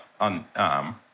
on